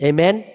Amen